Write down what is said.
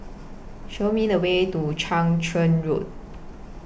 Show Me The Way to Chang Charn Road